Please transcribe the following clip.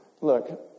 look